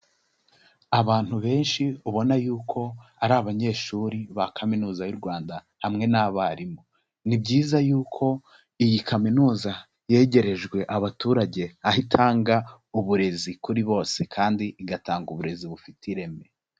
Abantu benshi ubona yuko ari abanyeshuri ba kaminuza y'u Rwanda hamwe n'abarimu. Ni byiza yuko iyi kaminuza yegerejwe abaturage, aho itanga uburezi kuri bose kandi igatanga uburezi bufite ireme.